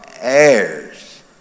heirs